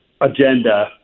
agenda